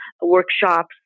workshops